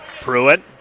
Pruitt